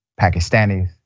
Pakistanis